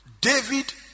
David